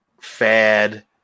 fad